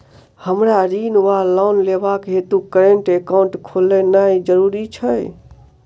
हमरा ऋण वा लोन लेबाक हेतु करेन्ट एकाउंट खोलेनैय जरूरी छै?